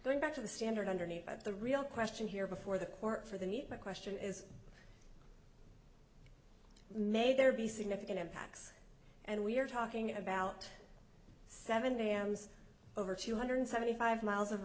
going back to the standard underneath the real question here before the court for the need my question is may there be significant impacts and we're talking about seven am over two hundred seventy five